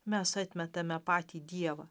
mes atmetame patį dievą